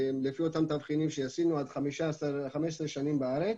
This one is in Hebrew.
לפי אותם תבחינים שעשינו, עד 15 שנים בארץ.